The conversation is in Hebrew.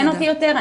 אין אותי יותר?